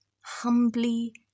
humbly